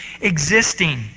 existing